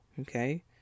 Okay